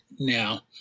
Now